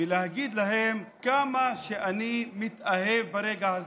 ולהגיד להם כמה שאני מתאהב ברגע הזה.